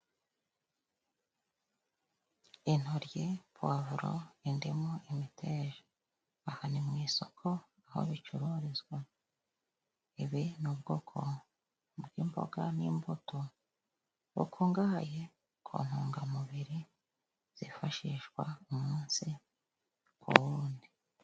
Intoryi, poivro, indimu imiteja, aha ni mu isoko aho bicururizwa, ibi ni ubwoko bw'imboga n'imbuto bukungahaye ku ntungamubiri zifashishwa umunsi ku wundi.